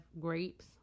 grapes